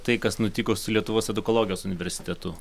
tai kas nutiko su lietuvos edukologijos universitetu